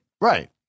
Right